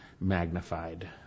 magnified